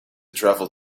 travel